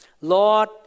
Lord